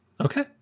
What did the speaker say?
Okay